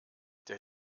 der